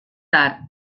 tard